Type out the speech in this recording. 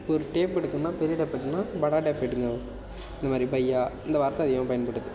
இப்போ ஒரு டேப்பு எடுக்கணும்னா பெரிய டேப்பு எடுக்கணும்னா படா டேப்பு எடுங்கள் இந்த மாதிரி பையா இந்த வார்த்தை அதிகமாக பயன்படுது